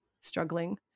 struggling